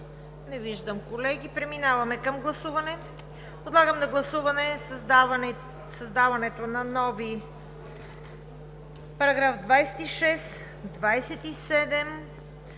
Не виждам. Колеги, преминаваме към гласуване. Подлагам на гласуване създаването на нови параграфи 26 и 27;